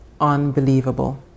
unbelievable